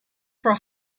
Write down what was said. for